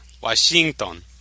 Washington